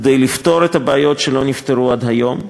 כדי לפתור את הבעיות שלא נפתרו עד היום.